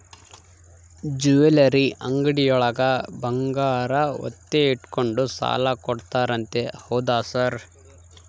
Jewellery ಅಂಗಡಿಯೊಳಗ ಬಂಗಾರ ಒತ್ತೆ ಇಟ್ಕೊಂಡು ಸಾಲ ಕೊಡ್ತಾರಂತೆ ಹೌದಾ ಸರ್?